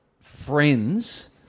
Friends